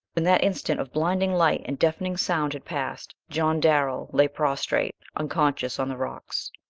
when that instant of blinding light and deafening sound had passed john darrell lay prostrate, unconscious on the rocks.